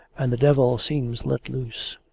and the devil seems let loose.